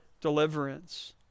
deliverance